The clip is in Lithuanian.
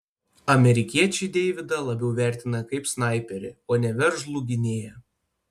amerikiečiai deividą labiau vertina kaip snaiperį o ne veržlų gynėją